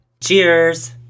Cheers